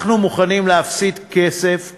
אנחנו מוכנים להפסיד כסף,